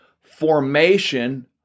formation